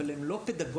אבל הם לא פדגוגיים.